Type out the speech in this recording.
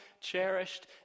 cherished